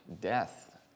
death